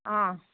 অঁ